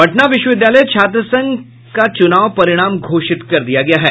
पटना विश्वविद्यालय छात्र संघ का चुनाव परिणाम घोषित कर दिया गया है